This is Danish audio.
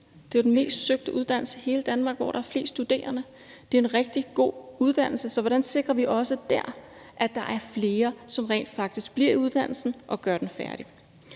Det er den mest søgte uddannelse i hele Danmark og den, der har flest studerende. Det er en rigtig god uddannelse, så hvordan sikrer vi, at der også dér er flere, som rent faktisk bliver i uddannelsen og gør den færdig?